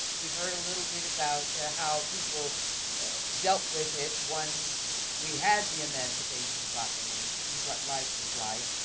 we've heard a little bit about how people dealt with it once we had the emancipation proclamation and what life was like.